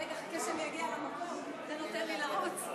רגע, חכה שאני אגיע למקום, אתה נותן לי לרוץ.